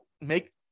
make